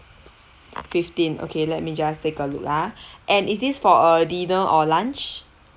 fifteen okay let me just take a look ah and is this for a dinner or lunch